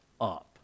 up